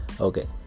Okay